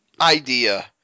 idea